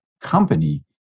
company